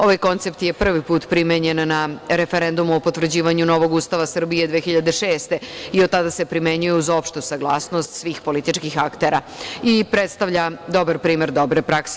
Ovaj koncept je prvi put primenjen na referendumu o potvrđivanju novog Ustava Srbije 2006. godine i od tada se primenjuje uz opštu saglasnost svih političkih aktera i predstavlja dobar primer dobre prakse.